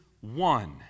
one